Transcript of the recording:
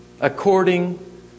according